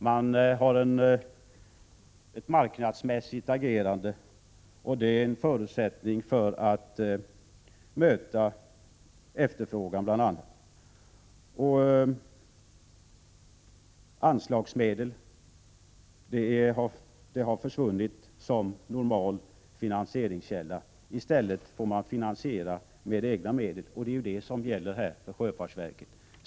Man har ett marknadsmässigt agerande. Det är en förutsättning för att man bl.a. skall kunna möta efterfrågan. Det är därför anslagsmedlen har försvunnit såsom normal finansieringskälla. Man får i stället finansiera med egna medel, vilket nu gäller här för sjöfartsverket.